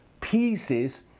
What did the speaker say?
pieces